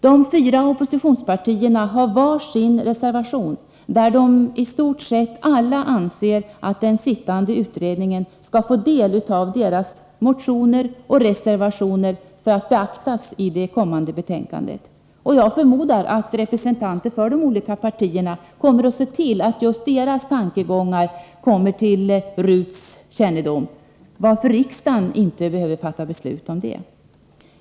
De fyra oppositionspartierna har var sin reservation. I stort sett alla anser de att den sittande utredningen skall få del av deras motioner och reservationer för att beakta dessa i det kommande betänkandet. Jag förmodar att representanter för de olika partierna kommer att se till att just deras tankegångar kommer till RUT:s kännedom, varför riksdagen inte behöver fatta beslut om detta.